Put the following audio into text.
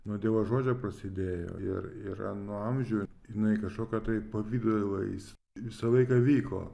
nuo dievo žodžio prasidėjo ir yra nuo amžių jinai kažkokio tai pavidalais visą laiką vyko